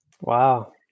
Wow